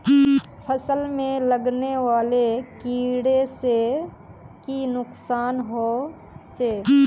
फसल में लगने वाले कीड़े से की नुकसान होचे?